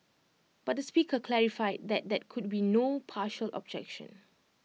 but the speaker clarified that there could be no partial objection